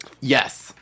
Yes